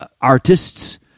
artists